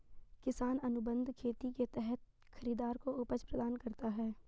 किसान अनुबंध खेती के तहत खरीदार को उपज प्रदान करता है